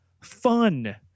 Fun